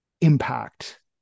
impact